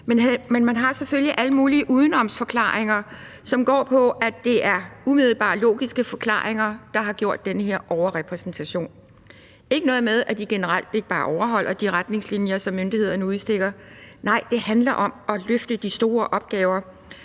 Men man har selvfølgelig alle mulige udenomsforklaringer, som går på, at det er umiddelbart logiske forklaringer, der har ført til den her overrepræsentation, og ikke noget med, at de generelt ikke bare overholder de retningslinjer, som mulighederne udstikker; nej, det handler om at løfte de store opgaver,